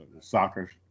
Soccer